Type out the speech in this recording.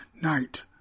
night